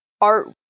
art